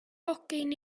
hogyn